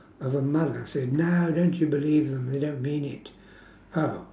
of a mother said no don't you believe them they don't mean it oh